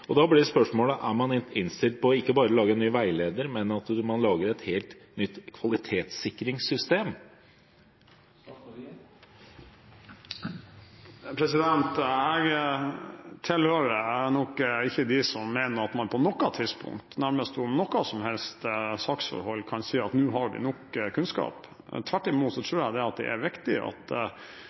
Da blir spørsmålet: Er man innstilt på ikke bare å lage en ny veileder, men på å lage et helt nytt kvalitetssikringssystem? Jeg tilhører nok ikke dem som mener at man på noe tidspunkt, nærmest om noe som helst saksforhold, kan si at nå har vi nok kunnskap. Tvert imot tror jeg at det er viktig at